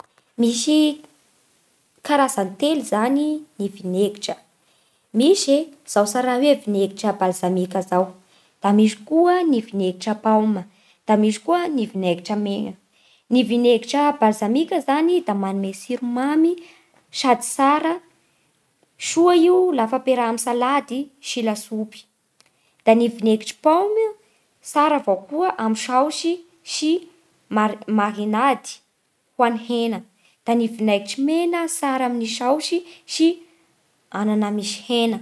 Misy karazany telo zany ny vinegitra: misy e zao tsaray hoe vinegitra balzamika izao, da misy koa ny vinegitra paoma, da misy koa ny vinegitra megna. Ny vinegitra balzamika zany da manome tsiro mamy sady tsara, soa io lafa ampiaraha amin'ny salady sy lasopy. Da ny vinaigitra paoma tsara avao koa amin'ny saosy sy mar- marinady ho an'ny hena. Da ny vinaigitry megna tsara amin'ny saosy sy anana misy hena.